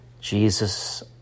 Jesus